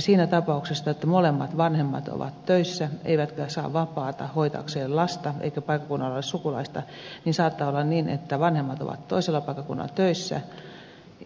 siinä tapauksessa että molemmat vanhemmat ovat töissä eivätkä saa vapaata hoitaakseen lasta eikä paikkakunnalla ole sukulaista niin saattaa olla niin että vanhemmat ovat toisella paikkakunnalla töissä